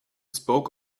spoke